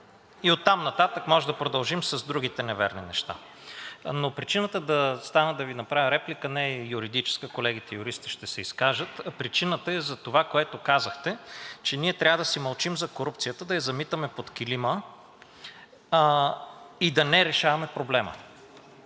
и оттам нататък може да продължим с другите неверни неща. Но причината да стана да Ви направя реплика не е юридическа, колегите юристи ще се изкажат, а причината е за това което казахте – че ние трябва да си мълчим за корупцията, да я замитаме под килима и да не решаваме проблема,